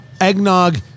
Eggnog